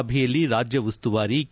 ಸಭೆಯಲ್ಲಿ ರಾಜ್ಯ ಉಸ್ತುವಾರಿ ಕೆ